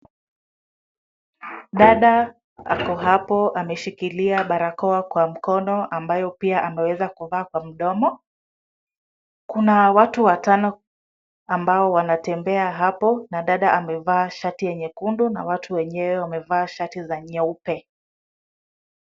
Dada ako hapo ameshikilia barakoa kwa mkono ambayo pia ameweza kuvaa kwa mdomo. Kuna watu watano ambao wanatembea hapo na dada amevaa shati ya nyekundu na watu wenyewe wamevaa shati za nyeupe.